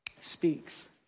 speaks